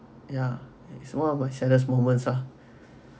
yeah what about saddest moments ah